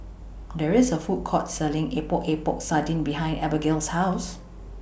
There IS A Food Court Selling Epok Epok Sardin behind Abigale's House